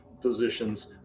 positions